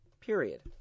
period